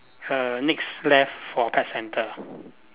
err next left for pet centre